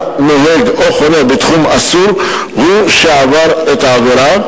נוהג או חונה בתחום אסור הוא שעבר את העבירה.